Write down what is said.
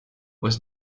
was